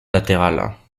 latérales